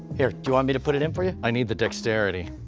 here, do you want me to put it in for you? i need the dexterity.